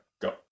Go